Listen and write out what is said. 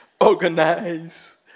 Organize